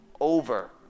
Over